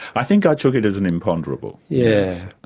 i think i took it as an imponderable. yeah